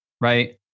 Right